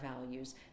values